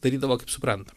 darydavo kaip supranta